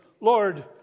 Lord